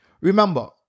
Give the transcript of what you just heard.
Remember